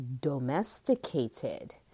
domesticated